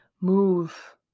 move